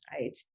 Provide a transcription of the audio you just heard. right